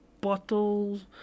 bottles